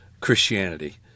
Christianity